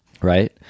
Right